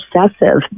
obsessive